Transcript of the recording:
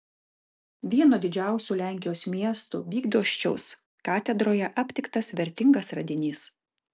vieno didžiausių lenkijos miestų bydgoščiaus katedroje aptiktas vertingas radinys